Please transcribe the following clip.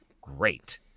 Great